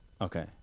Okay